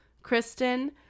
Kristen